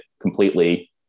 completely